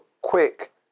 quick